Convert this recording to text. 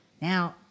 Now